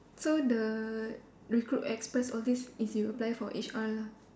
so the the recruit express all these you applied for H_R lah